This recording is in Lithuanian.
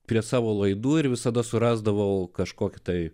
prie savo laidų ir visada surasdavau kažkokį tai